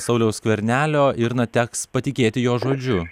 sauliaus skvernelio ir na teks patikėti jo žodžiu